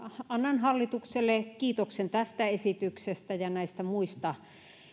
annan hallitukselle kiitoksen tästä esityksestä ja näistä muista